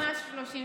ממש 30 שניות.